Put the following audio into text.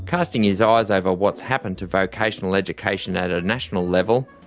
casting his eyes over what's happened to vocational education at a national level,